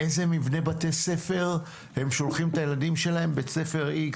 איזה מבנה בתי ספר הם שולחים את הילדים שלהם בית ספר X,